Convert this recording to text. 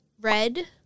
red